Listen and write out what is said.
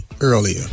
earlier